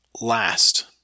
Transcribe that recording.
last